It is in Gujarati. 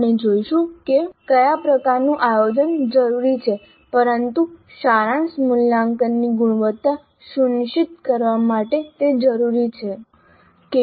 આપણે જોઈશું કે કયા પ્રકારનું આયોજન જરૂરી છે પરંતુ સારાંશ મૂલ્યાંકનની ગુણવત્તા સુનિશ્ચિત કરવા માટે તે જરૂરી છે